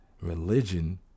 religion